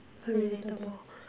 relatable